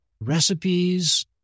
recipes